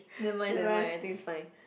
never mind never mind I think it's fine